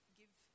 give